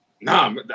Nah